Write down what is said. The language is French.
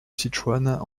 sichuan